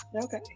Okay